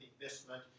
investment